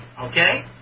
okay